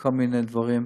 בכל מיני דברים.